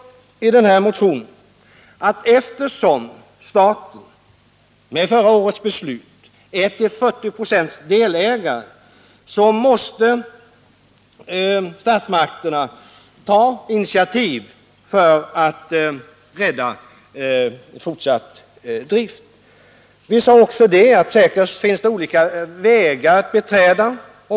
Vi sade också i motionen att eftersom staten med förra årets beslut är till 40 96 delägare måste statsmakterna ta initiativ för att rädda fortsatt drift. Vi sade också att det säkert finns olika vägar att beträda.